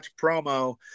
promo